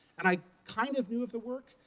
and i kind of knew of the work,